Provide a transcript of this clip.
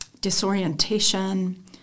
disorientation